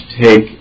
take